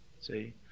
See